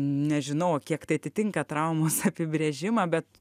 nežinau kiek tai atitinka traumos apibrėžimą bet